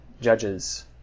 judges